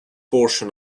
portion